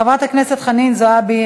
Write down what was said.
חברת הכנסת חנין זועבי,